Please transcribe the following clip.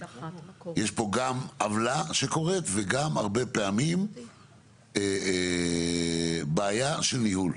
יש פה גם עוולה שקורית וגם הרבה פעמים בעיה של ניהול.